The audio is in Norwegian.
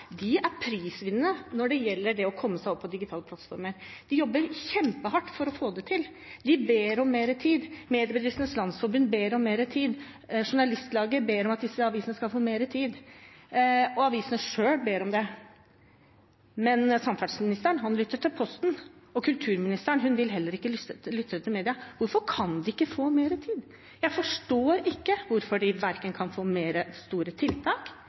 er prisvinnende når det gjelder å komme seg over på digitale plattformer. De jobber kjempehardt for å få det til. De ber om mer tid. Mediebedriftenes Landsforening ber om mer tid. Journalistlaget ber om at disse avisene skal få mer tid, og avisene selv ber om det. Men samferdselsministeren lytter til Posten, og kulturministeren vil heller ikke lytte til media. Hvorfor kan de ikke få mer tid? Jeg forstår ikke hvorfor de verken kan få store tiltak,